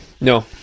No